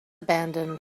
abandoned